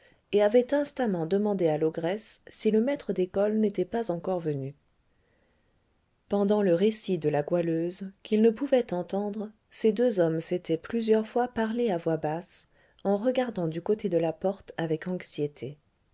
et avait instamment demandé à l'ogresse si le maître d'école n'était pas encore venu pendant le récit de la goualeuse qu'ils ne pouvaient entendre ces deux hommes s'étaient plusieurs fois parlé à voix basse en regardant du côté de la porte avec anxiété